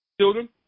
Children